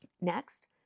Next